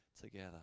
together